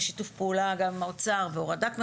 בשיתוף פעולה גם עם האוצר בהורדת מכסים,